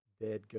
dead